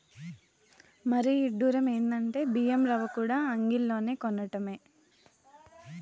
మరీ ఇడ్డురం ఎందంటే బియ్యం రవ్వకూడా అంగిల్లోనే కొనటమే